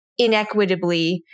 inequitably